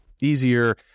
easier